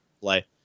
play